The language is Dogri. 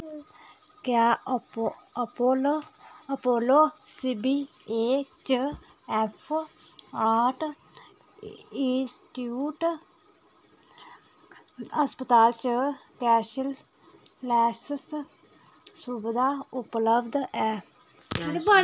क्या अपो Apollo Apollo CVHF heart institute अस्पताल च कैशलैस्स सुबधा उपलब्ध ऐ